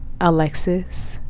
Alexis